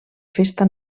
festa